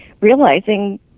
realizing